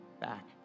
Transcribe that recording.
back